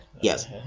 Yes